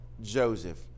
Joseph